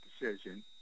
decision